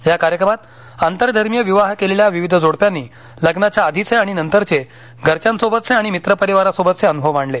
या कार्यक्रमात आंतरधर्मीय विवाह केलेल्या विविध जोडप्यांनी लग्नाच्या आधीचे आणि नंतरचे घरच्यांसोबतचे आणि मित्रपरिवारासोबतचे अनुभव मांडले